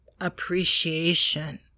appreciation